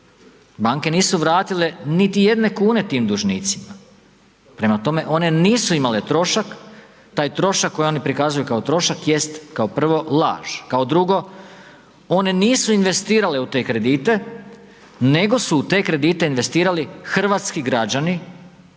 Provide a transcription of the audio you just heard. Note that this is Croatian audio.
banke nisu vratile niti jedne kune tim dužnicima, prema tome one nisu imale trošak, taj trošak koje oni prikazuju kao trošak jest kao prvo laž, kao drugo, one nisu investirale u te kredite, nego su u te kredite investirali hrvatski građani